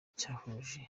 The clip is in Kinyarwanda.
cyahuje